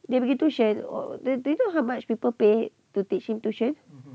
dia pergi tuition do you know how much people pay to teach him tuition